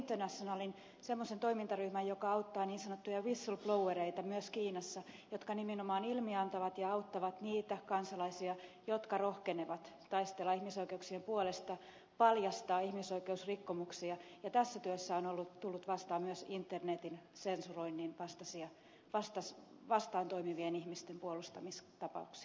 se on toimintaryhmä joka auttaa myös kiinassa niin sanottuja whistleblowereita jotka nimenomaan ilmiantavat ja auttavat niitä kansalaisia jotka rohkenevat taistella ihmisoikeuksien puolesta paljastaa ihmisoikeusrikkomuksia ja tässä työssä on tullut vastaan myös internetin sensurointia vastaan toimivien ihmisten puolustamistapauksia